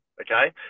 okay